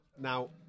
now